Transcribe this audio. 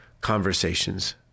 conversations